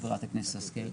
חברת הכנסת השכל,